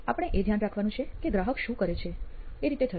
આપણે એ ધ્યાન રાખવાનું છે કે ગ્રાહક શું કરે છે એ રીતે થશે